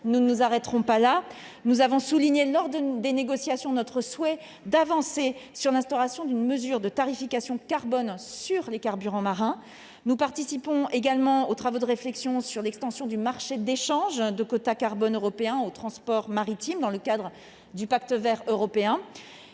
nous ne nous arrêterons pas là : nous avons souligné, lors des négociations, notre souhait d'avancer sur l'instauration d'une mesure de tarification carbone sur les carburants marins ; nous participons aux travaux de réflexion sur l'extension du système d'échange de quotas carbone européen au transport maritime dans le cadre du Pacte vert pour